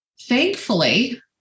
thankfully